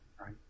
right